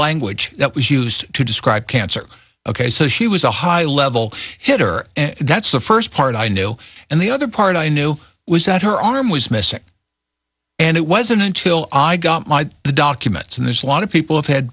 language that was used to describe cancer ok so she was a high level hitter and that's the first part i knew and the other part i knew was that her arm was missing and it wasn't until i got the documents and there's a lot of people have had